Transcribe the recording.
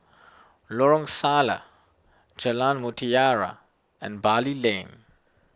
Lorong Salleh Jalan Mutiara and Bali Lane